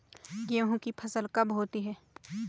गेहूँ की फसल कब होती है?